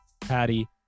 Patty